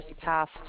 passed –